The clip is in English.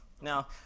Now